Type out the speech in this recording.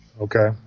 Okay